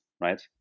right